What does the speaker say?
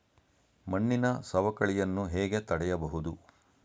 ಮಣ್ಣಿನ ಸವಕಳಿಯನ್ನು ಹೇಗೆ ತಡೆಯಬಹುದು?